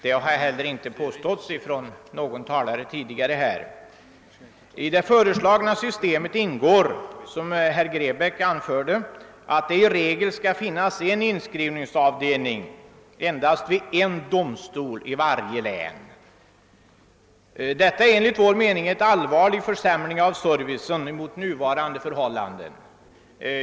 Det har inte heller påståtts av någon tidigare talare. I det föreslagna systemet ingår, såsom herr Grebäck anförde, att det i regel skall finnas en inskrivningsavdelning endast vid en domstol i varje län. Detta utgör enligt min mening en allvarlig försämring av servicen i jämförelse med nuvarande förhållanden.